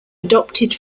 adopted